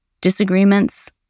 disagreements